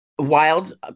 Wild